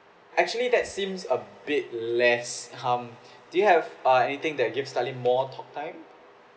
actually that seems a bit less um do you have uh anything that gives slightly more talk time